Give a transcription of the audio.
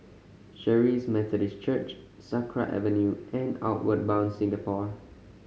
Charis Methodist Church Sakra Avenue and Outward Bound Singapore